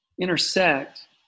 intersect